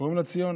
קוראים לה ציונה.